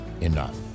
enough